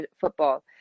football